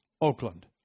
Oakland